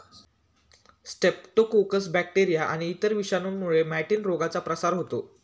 Streptococcus bacteria आणि इतर विषाणूंमुळे मॅटिन रोगाचा प्रसार होतो